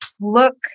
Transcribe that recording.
look